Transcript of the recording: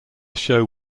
show